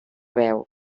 veu